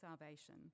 salvation